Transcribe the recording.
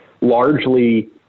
largely